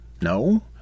No